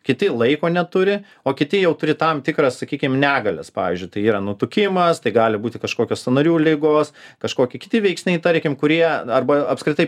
kiti laiko neturi o kiti jau turi tam tikras sakykim negalias pavyzdžiui tai yra nutukimas tai gali būti kažkokios sąnarių ligos kažkoki kiti veiksniai tarkim kurie arba apskritai